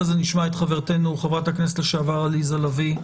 אחרי זהב נשמע את חברתנו חברתה כנסת לשעבר עליזה לביא.